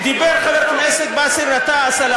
דיבר חבר הכנסת באסל גטאס על החוק האמריקני.